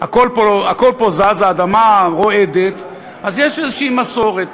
הכול פה זז, האדמה רועדת, אז יש איזו מסורת.